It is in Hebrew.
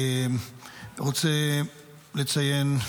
רוצה לציין,